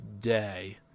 today